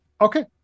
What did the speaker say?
okay